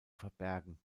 verbergen